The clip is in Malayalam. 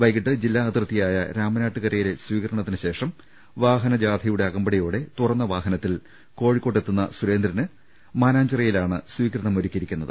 വൈകിട്ട് ജില്ലാ അതിർത്തിയായ രാമനാട്ടുകരയിലെ സ്വീകരണത്തിനുശേഷം വാഹനജാഥയുടെ അകമ്പടിയോടെ തുറന്ന വാഹ നത്തിൽ കോഴിക്കോട്ടെത്തുന്ന സുരേന്ദ്രന് മാനാഞ്ചിറയിലാണ് സ്വീകരണം ഒരുക്കിയിരിക്കുന്നത്